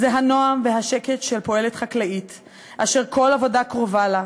זה הנועם והשקט של פועלת חקלאית אשר כל עבודה קרובה לה,